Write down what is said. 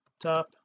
top